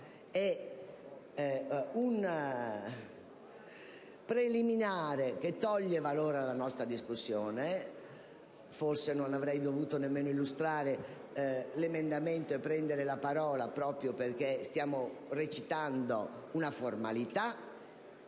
è un preliminare che toglie valore alla nostra discussione. E forse non avrei dovuto neanche illustrare questo emendamento e prendere la parola, proprio perché stiamo recitando una formalità.